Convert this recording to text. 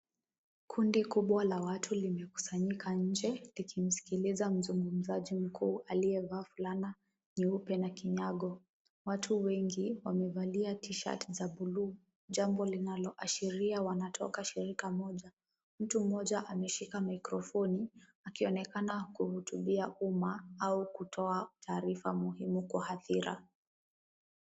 Kundi kubwa la watu limekusanyika nje likimsikiliza mzungumzaji mkuu aliyevaa fulana nyeupe na kinyago, watu wengi wamevalia tishati za bluu, jambo linaloashiria wanatoka shirika moja, mtu mmoja ameshika microphoni akionekana kuhutubia umma au kutoa taarifa muhimu kwa hadhira.